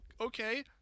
okay